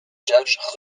judged